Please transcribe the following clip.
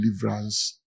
deliverance